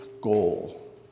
goal